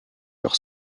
leur